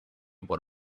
what